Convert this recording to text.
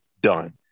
done